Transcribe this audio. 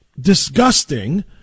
disgusting